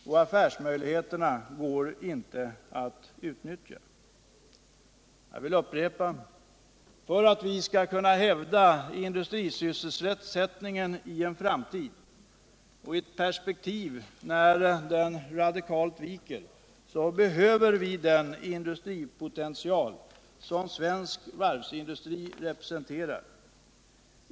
Och affärsmöjligheterna går inte att utnyttja. Jag vill upprepa: För att vi skall kunna hävda industrisysselsättningen i en framtid, en framtid då den radikalt viker, behöver vi den industripotential som den svenska varvsindustrin representerar.